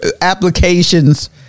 applications